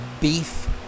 beef